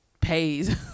pays